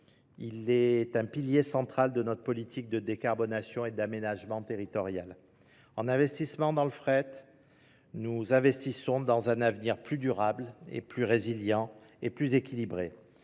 Il est un pilier central de notre politique de décarbonation et d'aménagement territorial. En investissement dans le fret, Nous investissons dans un avenir plus durable et plus résilient et plus équilibré.